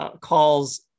calls